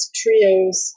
trios